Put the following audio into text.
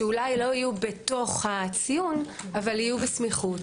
שאולי לא יהיו בתוך הציון אלא יהיו בסמוך,